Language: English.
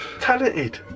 Talented